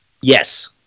Yes